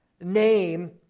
name